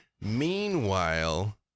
Meanwhile